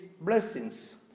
blessings